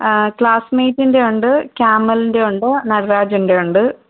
ആ ക്ലാസ്സ്മേയ്റ്റിൻ്റെ ഉണ്ട് ക്യാമൽൻ്റെ ഉണ്ട് നട്രാജിൻ്റെ ഉണ്ട്